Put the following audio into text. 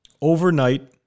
Overnight